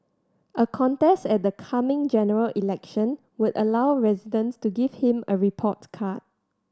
a contest at the coming General Election would allow residents to give him a report card